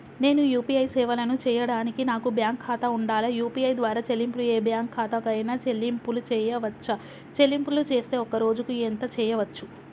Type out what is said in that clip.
నేను యూ.పీ.ఐ సేవలను చేయడానికి నాకు బ్యాంక్ ఖాతా ఉండాలా? యూ.పీ.ఐ ద్వారా చెల్లింపులు ఏ బ్యాంక్ ఖాతా కైనా చెల్లింపులు చేయవచ్చా? చెల్లింపులు చేస్తే ఒక్క రోజుకు ఎంత చేయవచ్చు?